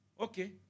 Okay